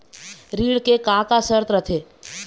ऋण के का का शर्त रथे?